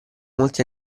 molti